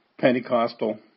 Pentecostal